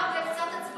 חזרת מעראבה קצת עצבני?